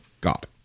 God